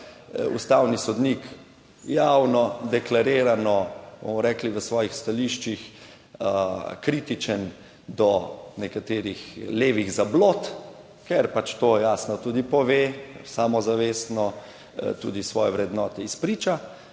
ustavni sodnik javno deklarirano, bomo rekli, v svojih stališčih kritičen do nekaterih levih zablod, ker pač to jasno tudi pove, samozavestno tudi svoje vrednote izpriča.